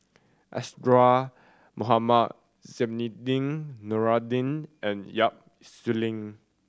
Isadhora Mohamed Zainudin Nordin and Yap Su Yin